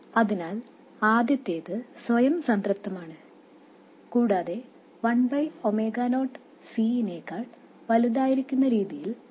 അതിനാൽ ആദ്യത്തേത് സ്വയം സംതൃപ്തമാണ് കൂടാതെ one by omega naught C നേക്കാൾ വലുതായിരിക്കുന്ന രീതിയിൽ നിങ്ങൾ omega naught L തിരഞ്ഞെടുക്കണം